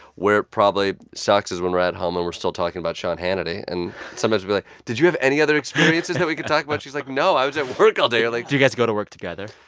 we're probably sucks is when we're at home, and we're still talking about sean hannity. and sometimes we'll be like, did you have any other experiences that we could talk about? she's like, no, i was at work all day. you're like. do you guys go to work together?